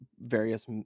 various